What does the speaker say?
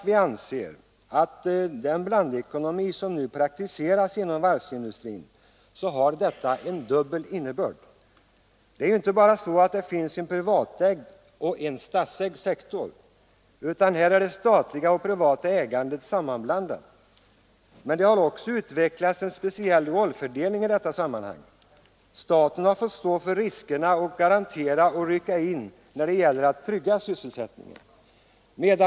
Vi anser att med den blandekonomi som nu praktiseras inom varvsindustrin har detta krav en dubbel innebörd. Det finns inte dels en privatägd och dels en statsägd sektor, utan här är det privata och det statliga ägandet sammanblandat. Det har även utvecklats en speciell rollfördelning i detta sammanhang. Staten har stått för riskerna och har fått rycka in när det gällt att trygga sysselsättningen.